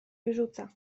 wyrzuca